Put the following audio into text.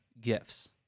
gifts